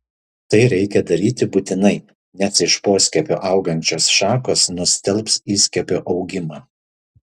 tai reikia daryti būtinai nes iš poskiepio augančios šakos nustelbs įskiepio augimą